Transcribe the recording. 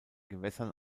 gewässern